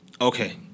Okay